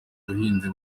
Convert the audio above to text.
ubuhinzi